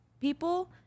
people